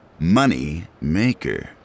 Moneymaker